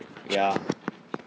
ya